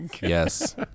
yes